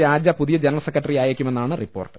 രാജ പുതിയ general secretary ആയേക്കുമെന്നാണ് report